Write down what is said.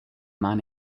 man